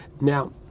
Now